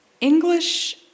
English